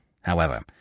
However